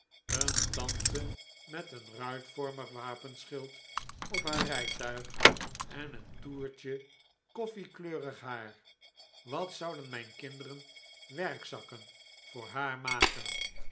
een tante met een ruitvormig wapenschild op haar rijtuig en een toertje koffiekleurig haar wat zouden mijn kinderen werkzakken voor haar maken